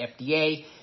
FDA